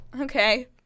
Okay